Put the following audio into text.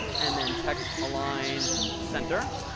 and then text-align center.